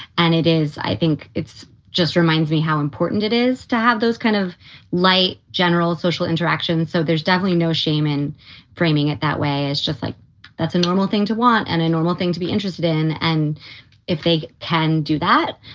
and it is i think it's just reminds me how important it is to have those kind of like general social interaction. so there's definitely no shame in framing it that way. it's just like that's a normal thing to want and a normal thing to be interested in. and if they can do that,